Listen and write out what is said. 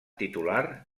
titular